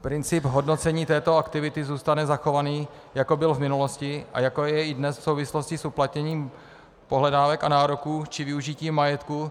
Princip hodnocení této aktivity zůstane zachovaný, jako byl v minulosti a jako je i dnes v souvislosti s uplatněním pohledávek a nároků či využitím majetku.